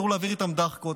אסור להעביר איתם דאחקות,